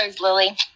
Lily